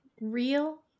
real